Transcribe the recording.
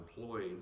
employed